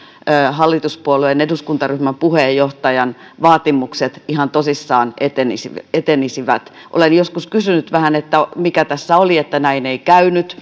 hallituspuolueen eduskuntaryhmän puheenjohtajan vaatimukset ihan tosissaan etenisivät olen joskus kysynyt vähän että mikä tässä oli että näin ei käynyt